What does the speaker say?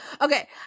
okay